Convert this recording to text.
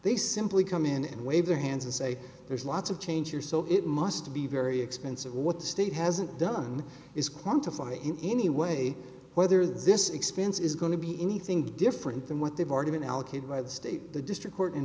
they simply come in and wave their hands and say there's lots of change you're so it must be very expensive what the state hasn't done is quantify in any way whether this expense is going to be anything different than what they've already been allocated by the state the district court in